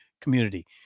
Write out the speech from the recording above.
community